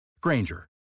Granger